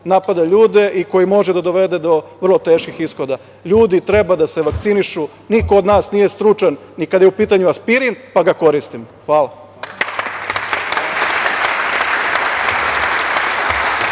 napada ljude i koji može da dovede do vrlo teških ishoda. Ljudi treba da se vakcinišu, niko od nas nije stručan ni kad je u pitanju aspirin, pa ga koristimo. Hvala.